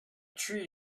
tree